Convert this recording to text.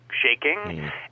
shaking